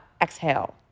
exhale